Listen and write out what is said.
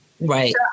Right